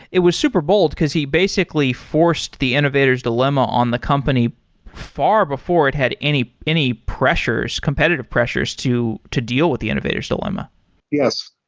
it was super bowl, because he basically forced the innovator's dilemma on the company far before it had any any pressures, competitive pressures, to to deal with the innovator's dilemma yes,